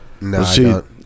no